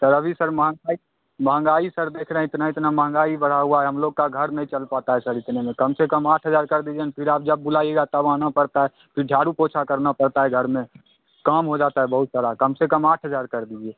sir अभी sir महँगाई महँगाई सर देख रहे हैं इतना इतना महँगाई बढ़ा हुआ है हम लोग का घर नहीं चल पाता है सर इतने में कम से कम आठ हजार कर दीजिए न फिर आप जब बुलाइएगा तब आना पड़ता है फिर झाड़ू पोछा करना पड़ता है घर में काम हो जाता है बहुत सारा कम से कम आठ हजार कर दीजिए